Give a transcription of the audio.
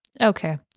Okay